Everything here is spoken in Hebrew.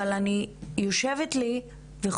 אבל אני יושבת לי וחושבת: